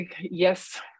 yes